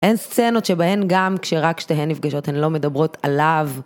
אין סצנות שבהן גם, כשרק שתיהן נפגשות הן לא מדברות עליו.